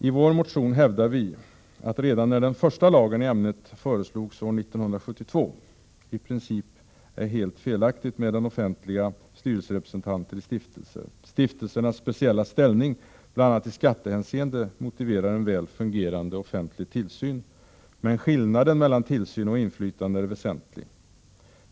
I vår motion hävdar vi att det redan när den första lagen i ämnet föreslogs år 1972 framhölls att det i princip är helt felaktigt med offentliga styrelseledamöter i stiftelser. Stiftelsernas speciella ställning bl.a. i skattehänseende motiverar en väl fungerande offentlig tillsyn, men skillnaden mellan tillsyn och inflytande är väsentlig.